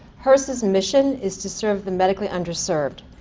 hrsas mission is to serve the medically underserved,